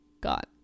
got